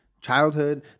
childhood